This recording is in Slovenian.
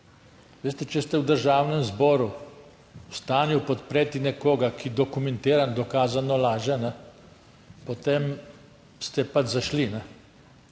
Veste, če ste v Državnem zboru v stanju podpreti nekoga, ki dokumentirano dokazano laže, potem ste pač zašli.